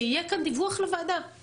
שיהיה כאן דיווח לוועדה.